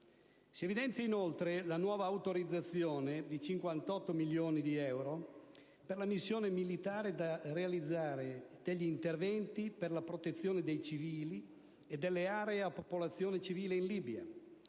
Si evidenzia inoltre la nuova autorizzazione di 58,07 milioni di euro per la missione militare di realizzazione degli interventi per la protezione dei civili e delle aree a popolazione civile in Libia,